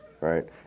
right